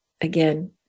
again